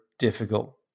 difficult